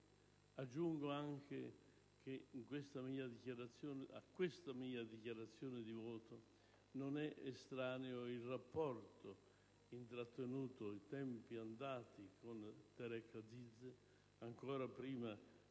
Aggiungo che a questa mia dichiarazione di voto non sono estranei il rapporto intrattenuto in tempi andati con Tareq Aziz, ancor prima